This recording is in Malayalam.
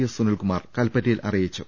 എസ് സുനിൽകുമാർ കൽപ്പറ്റയിൽ അറി യിച്ചു